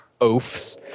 oafs